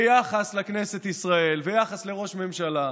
ויחס לכנסת ישראל, יחס לראש ממשלה,